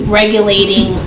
regulating